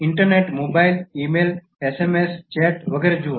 internet mobile email SMS chat વગેરે જુઓ